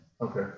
Okay